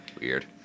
Weird